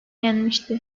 yenmişti